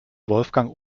wolfgang